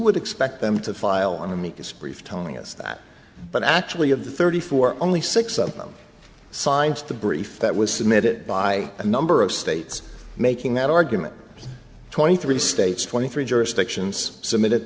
would expect them to file on the meekest brief telling us that but actually of the thirty four only six of them signed the brief that was submitted by a number of states making that argument twenty three states twenty three jurisdictions submitted